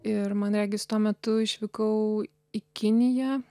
ir man regis tuo metu išvykau į kiniją